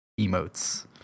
emotes